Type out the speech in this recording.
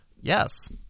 Yes